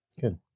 Good